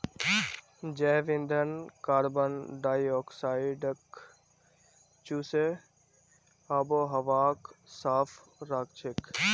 जैव ईंधन कार्बन डाई ऑक्साइडक चूसे आबोहवाक साफ राखछेक